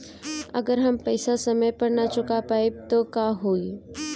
अगर हम पेईसा समय पर ना चुका पाईब त का होई?